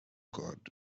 god